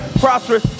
prosperous